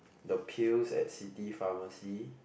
the pills at city pharmacy